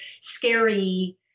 scary